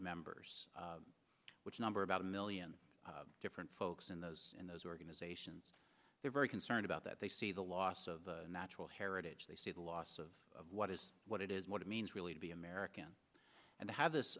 members which number about a million different folks and those and those organizations they're very concerned about that they see the loss of natural heritage they see the loss of what is what it is what it means really to be american and to have this